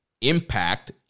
Impact